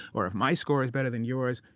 or if my score is better than yours,